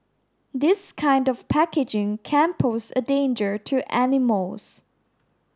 this kind of packaging can pose a danger to animals